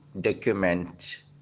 document